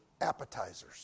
appetizers